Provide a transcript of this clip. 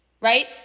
right